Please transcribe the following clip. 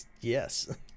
yes